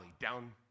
down